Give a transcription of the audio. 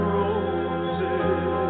roses